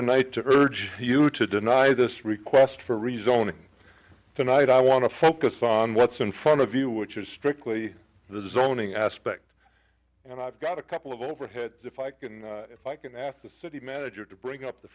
tonight to urge you to deny this request for rezoning tonight i want to focus on what's in front of you which is strictly this is owning aspect and i've got a couple of overhead if i can if i can ask the city manager to bring up the